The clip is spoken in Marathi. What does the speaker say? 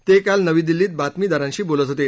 ते काल नवी दिल्लीत बातमीदारांशी बोलत होते